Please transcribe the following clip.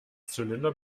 zylinder